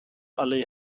ali